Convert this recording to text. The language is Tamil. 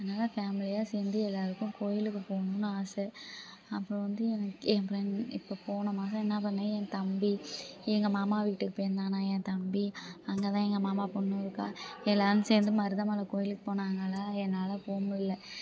அதனால் ஃபேமிலியாக சேர்ந்து எல்லோருக்கும் கோவிலுக்கு போகணும்னு ஆசை அப்புறம் வந்து எனக்கு ஏன் ஃப்ரெண்ட் இப்போ போன மாதம் என்ன பண்ணேன் என் தம்பி எங்கள் மாமா வீட்டுக்கு போயிருந்தானா என் தம்பி அங்கே தான் எங்கள் மாமா பொண்ணு இருக்கா எல்லோரும் சேர்ந்து மருதமலை கோவிலுக்கு போனாங்களா என்னால் போக முடியல